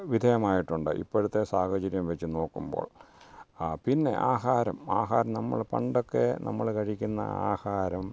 വിധേയമായിട്ടുണ്ട് ഇപ്പോഴത്തെ സാഹചര്യം വച്ച് നോക്കുമ്പോൾ ആ പിന്നെ ആഹാരം ആഹാരം നമ്മള് പണ്ടൊക്കെ നമ്മള് കഴിക്കുന്ന ആഹാരം